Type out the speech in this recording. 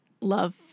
love